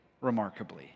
remarkably